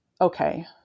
okay